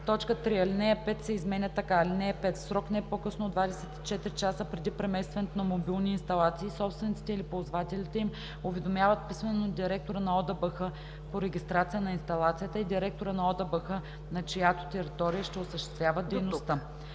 3. Алинея 5 се изменя така: „(5) В срок не по-късно от 24 часа преди преместването на мобилни инсталации собствениците или ползвателите им уведомяват писмено директора на ОДБХ по регистрация на инсталацията и директора на ОДБХ, на чиято територия ще осъществяват дейността